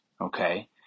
okay